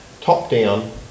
top-down